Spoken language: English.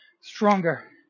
stronger